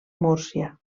múrcia